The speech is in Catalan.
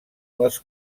les